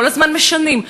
כל הזמן משנים,